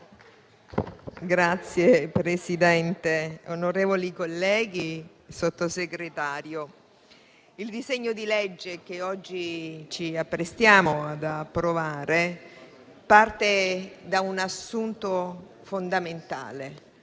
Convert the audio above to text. Signor Presidente, onorevoli colleghi, Sottosegretario, il disegno di legge che oggi ci apprestiamo ad approvare parte da un assunto fondamentale: